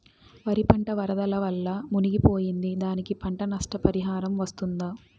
వరి పంట వరదల వల్ల మునిగి పోయింది, దానికి పంట నష్ట పరిహారం వస్తుందా?